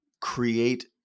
create